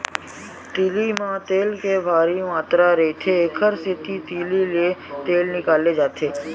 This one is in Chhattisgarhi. तिली म तेल के भारी मातरा रहिथे, एकर सेती तिली ले तेल निकाले जाथे